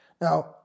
Now